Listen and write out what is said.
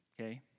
Okay